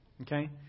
okay